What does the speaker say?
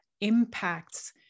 impacts